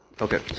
Okay